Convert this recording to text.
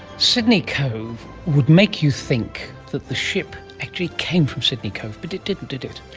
sydney cove would make you think that the ship actually came from sydney cove, but it didn't, did it.